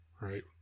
right